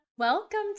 Welcome